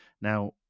now